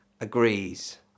agrees